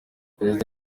yagize